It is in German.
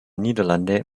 niederlande